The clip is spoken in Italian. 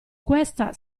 questa